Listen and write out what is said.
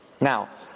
Now